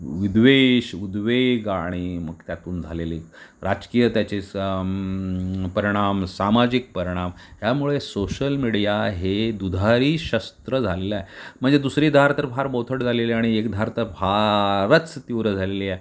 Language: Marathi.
विद्वेष उद्वेग आणि मग त्यातून झालेले राजकीय त्याची स परिणाम सामाजिक परिणाम ह्यामुळे सोशल मीडिया हे दुधारी शस्त्र झालेलं आहे म्हणजे दुसरी धार तर फार बोथट झालेली आहे आणि एक धार तर फारच तीव्र झालेली आहे